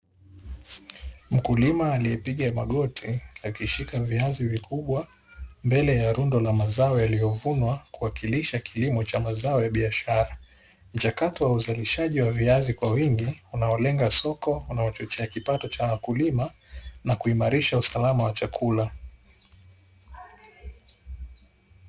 Mkulima aliyepiga magoti akishika viazi vikubwa mbele ya rundo la mazao yaliyovunwa kuwakilisha kilimo cha mazao ya biashara. Mchakato wa uzalishaji wa viazi kwa wingi unaolenga soko la kipato cha wakulima na kuimarisha usalama wa chakula.